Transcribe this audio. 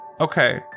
Okay